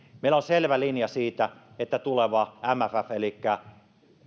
meillä on selvä linja siitä että tuleva mff elikkä